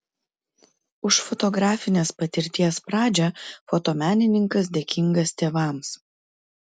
už fotografinės patirties pradžią fotomenininkas dėkingas tėvams